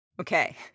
Okay